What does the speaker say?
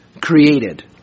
created